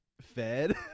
fed